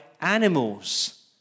animals